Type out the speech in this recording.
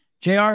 JR